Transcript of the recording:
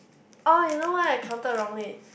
orh you know why I counted wrongly